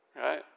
Right